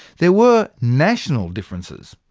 there were national differences.